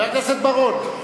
חבר הכנסת בר-און,